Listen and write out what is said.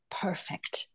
perfect